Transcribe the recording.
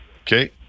Okay